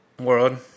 world